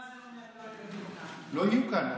מה זה, לא יהיו כאן.